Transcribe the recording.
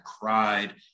cried